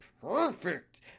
perfect